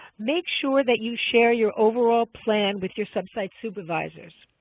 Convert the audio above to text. make sure that you share your overall plan with your sub-site supervisors.